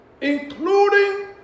including